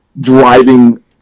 driving